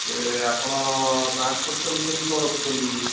ଏ ଆପଣ ଟ୍ରାନ୍ସଫୋଟେସନ କେମିତି କ'ଣ ରଖୁଛନ୍ତି